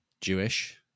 Jewish